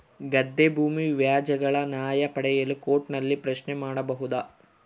ಗದ್ದೆ ಭೂಮಿ ವ್ಯಾಜ್ಯಗಳ ನ್ಯಾಯ ಪಡೆಯಲು ಕೋರ್ಟ್ ನಲ್ಲಿ ಪ್ರಶ್ನೆ ಮಾಡಬಹುದಾ?